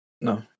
No